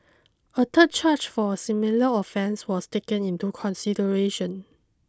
a third charge for a similar offence was taken into consideration